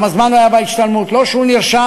וכמה זמן הוא היה בהשתלמות, לא שהוא נרשם,